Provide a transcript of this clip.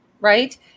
right